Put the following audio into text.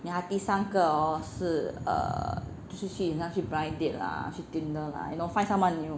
then 他第三个 hor 是 err 出去好像去 blind date lah 去 dinner lah you know find someone new